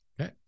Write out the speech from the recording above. okay